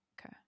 Okay